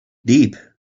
deep